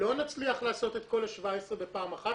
לא נצליח לעשות את כל 17 הנושאים בפעם אחת.